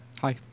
Hi